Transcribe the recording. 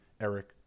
Eric